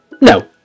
No